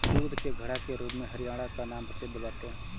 दूध के घड़ा के रूप में हरियाणा कअ नाम प्रसिद्ध बाटे